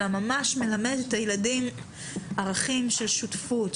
אלא ממש מלמדת את הילדים ערכים של שותפות,